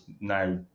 now